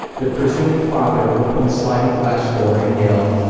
the presumed father opened the sliding glass store and yelled,